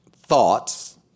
thoughts